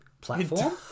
platform